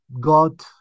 God